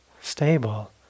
stable